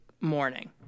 morning